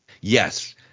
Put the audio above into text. Yes